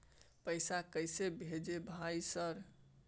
पैसा कैसे भेज भाई सर?